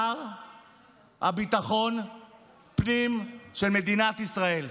הוא השר לביטחון פנים של מדינת ישראל.